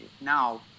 now